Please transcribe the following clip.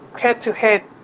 head-to-head